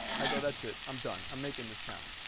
i go that's it i'm done! i'm making this channel.